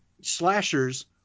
slashers